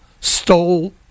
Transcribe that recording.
stole